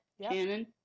Shannon